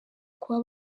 kuba